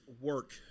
work